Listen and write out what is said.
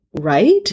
right